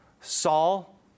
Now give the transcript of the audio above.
Saul